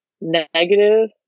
negative